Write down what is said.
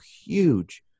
huge